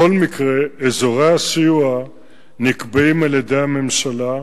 בכל מקרה, אזורי הסיוע נקבעים על-ידי הממשלה.